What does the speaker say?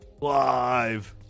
Live